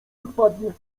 odpadnie